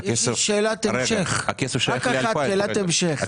הכסף שייך ל-2020,